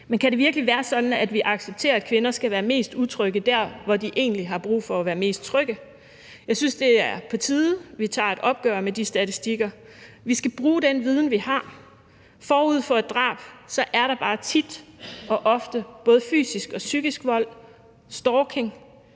Men kan det virkelig være sådan, at vi accepterer, at kvinder skal være mest utrygge der, hvor de egentlig har brug for at være mest trygge? Jeg synes, det er på tide, at vi tager et opgør med de statistikker. Vi skal bruge den viden, vi har. Forud for et drab er der tit og ofte både fysisk og psykisk vold og stalking